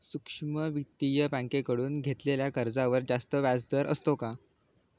सूक्ष्म वित्तीय बँकेकडून घेतलेल्या कर्जावर जास्त व्याजदर असतो का?